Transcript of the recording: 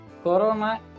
Corona